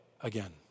again